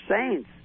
saints